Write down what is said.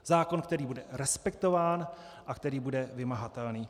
Zákon, který bude respektován a který bude vymahatelný.